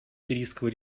сирийского